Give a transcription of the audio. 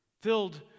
filled